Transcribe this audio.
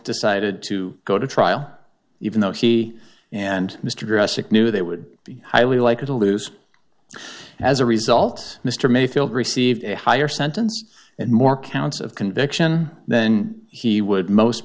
decided to go to trial even though he and mr aggressive knew they would be highly likely to lose as a result mr mayfield received a higher sentence and more counts of conviction then he would most